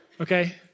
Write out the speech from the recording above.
okay